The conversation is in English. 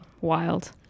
wild